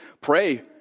Pray